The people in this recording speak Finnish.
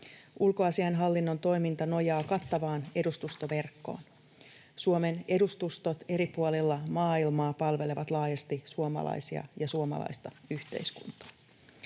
Ulkoasiainhallinnon toiminta nojaa kattavaan edustustoverkkoon. Suomen edustustot eri puolilla maailmaa palvelevat laajasti suomalaisia ja suomalaista yhteiskuntaa.